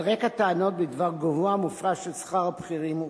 על רקע טענות בדבר גובהו המופרז של שכר הבכירים,